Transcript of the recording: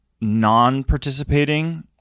non-participating